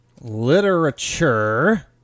Literature